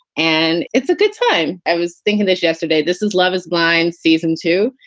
and it's a good time. i was thinking this yesterday. this is love is blind season two,